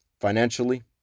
financially